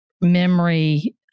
memory